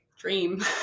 dream